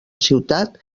ciutat